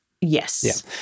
yes